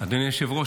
אדוני היושב-ראש,